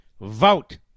vote